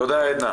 תודה, עדנה.